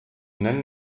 nennen